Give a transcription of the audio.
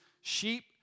sheep